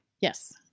Yes